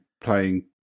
playing